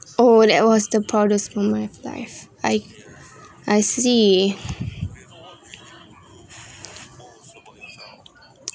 oh that was the proudest moment of life I I see